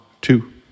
two